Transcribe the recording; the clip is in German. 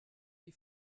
die